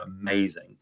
amazing